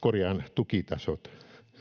tukitasot